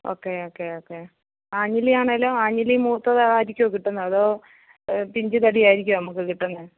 okay okay okay ആഞ്ഞിലിയാണേലും ആഞ്ഞിലി മൂത്തതായിരിക്കുമോ കിട്ടുന്നത് അതോ പിഞ്ച് തടി ആയിരിക്കുമോ നമുക്ക് കിട്ടുന്നത്